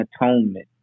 atonement